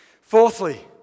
Fourthly